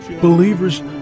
believers